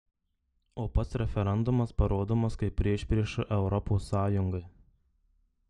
o pats referendumas parodomas kaip priešprieša europos sąjungai